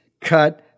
cut